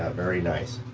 ah very nice.